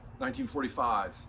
1945